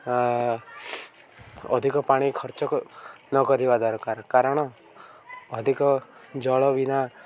ଆ ଅଧିକ ପାଣି ଖର୍ଚ୍ଚ ନ କରିବା ଦରକାର କାରଣ ଅଧିକ ଜଳ ବିନା